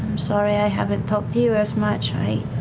sorry i haven't talked to you as much. i.